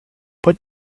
put